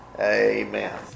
amen